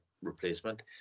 Replacement